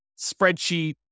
spreadsheet